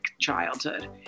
childhood